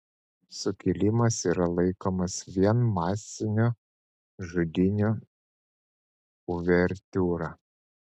sukilimas yra laikomas vien masinių žudynių uvertiūra